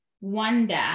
wonder